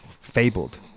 fabled